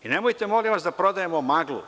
Nemojte molim vas da prodajte maglu.